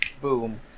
Boom